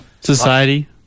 Society